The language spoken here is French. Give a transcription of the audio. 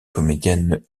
comédienne